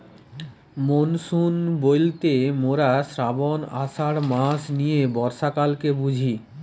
monsoon বইলতে মোরা শ্রাবন, আষাঢ় মাস নিয়ে বর্ষাকালকে বুঝি